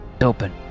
open